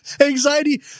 Anxiety